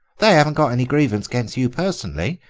they haven't got any grievance against you personally,